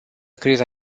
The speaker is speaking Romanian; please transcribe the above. criza